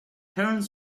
parents